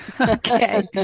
Okay